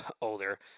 older